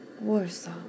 Warsaw